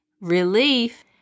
relief